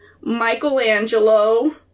Michelangelo